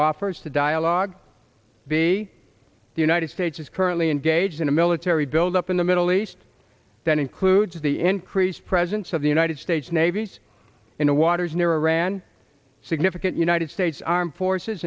offers to dialogue b the united states is currently engaged in a military buildup in the middle east that includes the increased presence of the united states navies in the waters near iran significant united states armed forces